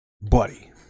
Buddy